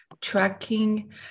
tracking